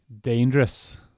dangerous